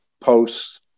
posts